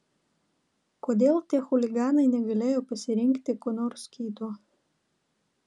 kodėl tie chuliganai negalėjo pasirinkti ko nors kito